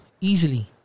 easily